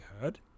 heard